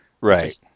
right